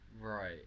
Right